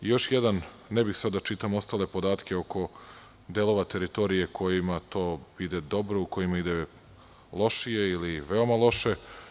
Ne bih sada da čitam ostale podatke oko delova teritorije u kojima to ide dobro, u kojima ide lošije ili veoma loše.